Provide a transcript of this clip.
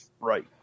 right